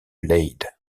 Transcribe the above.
leyde